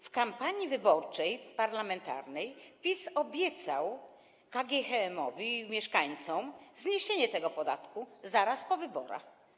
W kampanii wyborczej parlamentarnej PiS obiecał KGHM i mieszkańcom zniesienie tego podatku zaraz po wyborach.